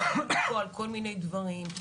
מדברים פה על כל מיני דברים,